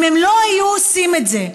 אם הם לא היו עושים את זה,